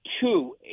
two